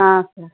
sir